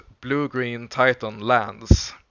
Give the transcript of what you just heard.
Blue-Green-Titan-Lands